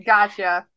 Gotcha